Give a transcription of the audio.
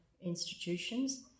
institutions